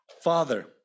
Father